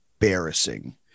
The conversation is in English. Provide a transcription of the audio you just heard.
embarrassing